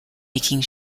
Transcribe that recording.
making